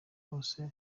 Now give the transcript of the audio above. bose